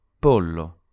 pollo